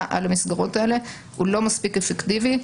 על המסגרות האלה הוא לא מספיק אפקטיבי.